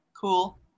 cool